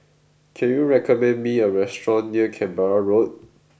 can you recommend me a restaurant near Canberra Road